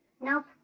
Nope